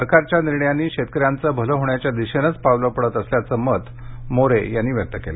सरकारच्या निर्णयांनी शेतकऱ्यांचं भले होण्याच्या दिशेनंच पावलं पडत असल्याचं मत मोरे यांनी व्यक्त केलं